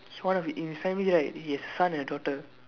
one of hi~ in his family right he has son and a daughter